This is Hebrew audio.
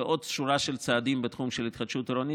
ועוד שורה של צעדים בתחום של התחדשות עירונית,